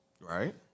Right